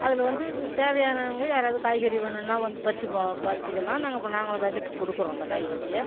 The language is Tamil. அதில் வந்து தேவையானவங்க யாராவது காய்கறி வேணுன்னா வந்து பறித்துன்னு போக பறித்துக்கலாம் நாங்கள் இப்போ நாங்களும் விலைக்கு கொடுக்குறோம் அந்த காய்கறியை